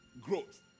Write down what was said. growth